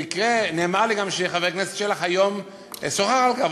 במקרה נאמר לי גם שחבר הכנסת שלח היום שוחח על כך,